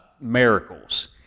miracles